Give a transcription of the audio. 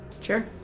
Sure